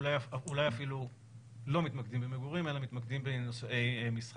אולי אפילו לא מתמקדים במגורים אלא מתמקדים בנושאי מסחר,